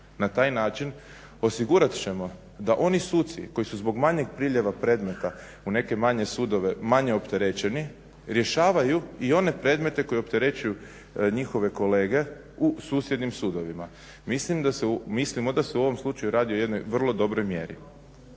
na taj način osigurat ćemo da oni suci koji su zbog manjeg priljeva predmeta u neke manje sudove manje opterećeni, rješavaju i one predmete koji opterećuju njihove kolege u susjednim sudovima. Mislimo da se u ovom slučaju radi o jednoj vrlo dobroj mjeri.